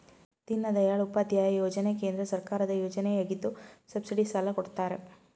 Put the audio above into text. ದೀನದಯಾಳ್ ಉಪಾಧ್ಯಾಯ ಯೋಜನೆ ಕೇಂದ್ರ ಸರ್ಕಾರದ ಯೋಜನೆಯಗಿದ್ದು ಸಬ್ಸಿಡಿ ಸಾಲ ಕೊಡ್ತಾರೆ